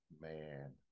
Man